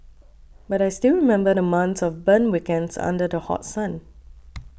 but I still remember the months of burnt weekends under the hot sun